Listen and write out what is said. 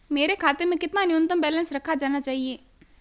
मेरे खाते में कितना न्यूनतम बैलेंस रखा जाना चाहिए?